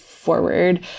forward